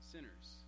sinners